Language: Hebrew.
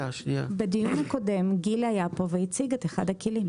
בדיון הקודם גיל היה פה והציג את אחד הכלים.